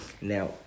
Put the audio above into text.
Now